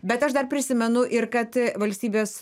bet aš dar prisimenu ir kad valstybės